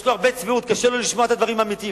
חבר הכנסת גילאון.